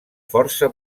força